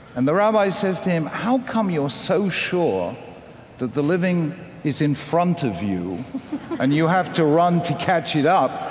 and the rabbi says to him, how come you're so sure that the living is in front of you and you have to run to catch it up?